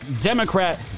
Democrat